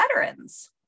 veterans